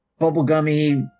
bubblegummy